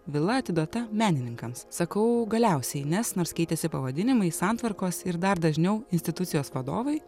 vila atiduota menininkams sakau galiausiai nes nors keitėsi pavadinimai santvarkos ir dar dažniau institucijos vadovai